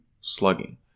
slugging